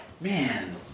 Man